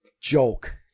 joke